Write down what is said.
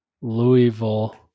Louisville